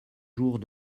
jours